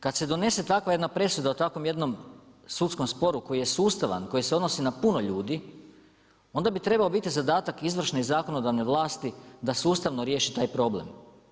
Kad se donese takva jedna presuda o takvom jednom sudskom sporu koji je sustavan, koji se odnosi na puno ljudi, onda bi trebao biti zadatak izvršne i zakonodavne vlasti, da sustavno riješi taj problem.